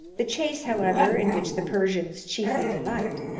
the chase, however, in which the persians chiefly delight,